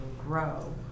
grow